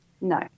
No